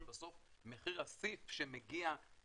בסוף המחיר שמגיע,